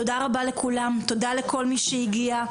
תודה רבה לכולם, תודה לכל מי שהגיע.